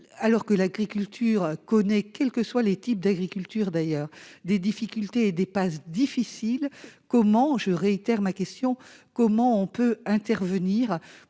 alors que l'agriculture connaît, quel que soit le type d'agriculture d'ailleurs des difficultés et des passes difficiles, comment je réitère ma question : comment on peut intervenir